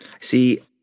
See